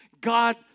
God